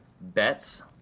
bets